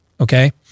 Okay